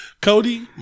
Cody